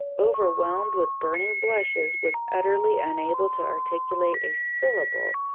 overwhelmed with burning blushes, was utterly unable to articulate a syllable,